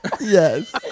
Yes